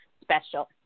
special